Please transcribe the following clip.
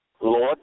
Lord